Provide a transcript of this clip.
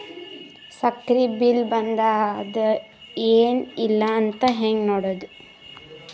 ಸಕ್ರಿ ಬಿಲ್ ಬಂದಾದ ಏನ್ ಇಲ್ಲ ಅಂತ ಹೆಂಗ್ ನೋಡುದು?